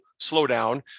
slowdown